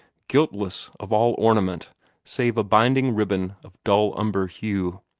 guiltless of all ornament save a binding ribbon of dull umber hue